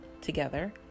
together